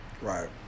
Right